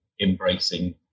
embracing